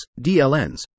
DLNs